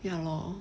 ya lor